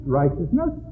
righteousness